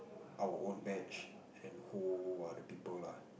our own batch and who are the people lah